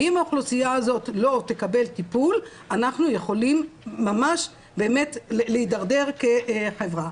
ואם האוכלוסייה הזאת לא תקבל טיפול אנחנו ממש יכולים להידרדר כחברה.